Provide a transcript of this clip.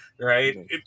right